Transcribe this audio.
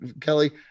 Kelly